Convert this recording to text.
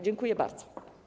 Dziękuję bardzo.